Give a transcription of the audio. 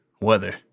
weather